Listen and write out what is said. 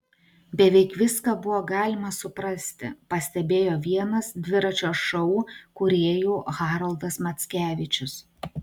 beveik viską buvo galima suprasti pastebėjo vienas dviračio šou kūrėjų haroldas mackevičius